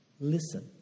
Listen